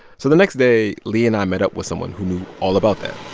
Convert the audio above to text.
so the next day, leah and i met up with someone who knew all about that